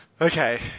Okay